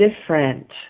different